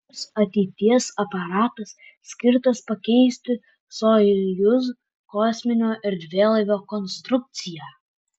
šis ateities aparatas skirtas pakeisti sojuz kosminio erdvėlaivio konstrukciją